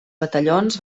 batallons